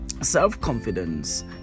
Self-confidence